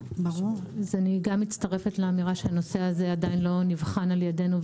אז אני גם מצטרפת לאמירה שהנושא הזה עדיין לא נבחן על ידינו,